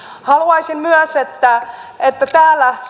haluaisin myös että täältä salista ei lähtisi